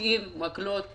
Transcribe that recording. תוקעים מקלות בגלגלים.